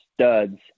studs